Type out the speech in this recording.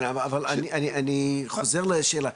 כן, אבל אני חוזר לשאלה.